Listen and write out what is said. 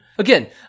Again